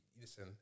listen